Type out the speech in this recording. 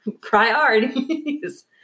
Priorities